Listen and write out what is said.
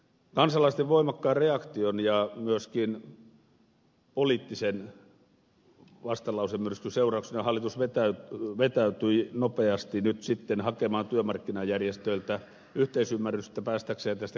kansalaisten voimakkaan reaktion ja myöskin poliittisen vastalausemyrskyn seurauksena hallitus vetäytyi nopeasti nyt sitten hakemaan työmarkkinajärjestöiltä yhteisymmärrystä päästäkseen tästä kriisistä eteenpäin